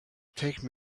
take